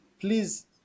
please